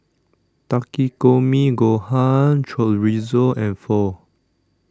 Takikomi Gohan Chorizo and Pho